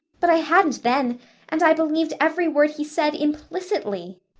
but i hadn't then and i believed every word he said implicitly.